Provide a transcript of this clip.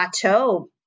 plateau